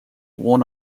worn